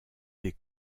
des